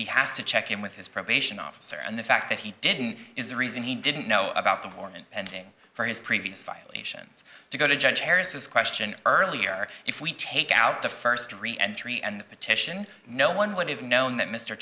he has to check in with his probation officer and the fact that he didn't is the reason he didn't know about the morning and for his previous violations to go to judge harris's question earlier if we take out the first degree entry and petition no one would have known that mr